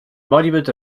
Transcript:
monument